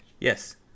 Yes